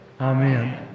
Amen